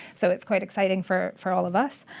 so it's quite exciting for for all of us.